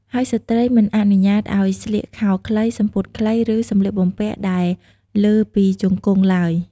ហើយស្រ្តីមិនអនុញ្ញាតឲ្យស្លៀកខោខ្លី សំពត់ខ្លី ឬសម្លៀកបំពាក់ដែលលើពីជង្គង់ឡើយ។